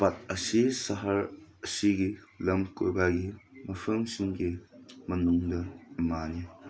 ꯄꯥꯠ ꯑꯁꯤ ꯁꯍꯔꯁꯤꯒꯤ ꯂꯝ ꯀꯣꯏꯕꯒꯤ ꯃꯐꯝꯁꯤꯡꯒꯤ ꯃꯅꯨꯡꯗ ꯑꯃꯥꯅꯤ